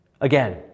Again